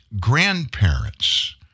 grandparents